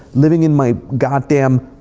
living in my goddamn